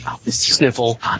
Sniffle